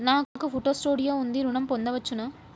నాకు photo studio ఉంది ఋణం పొంద వచ్చునా?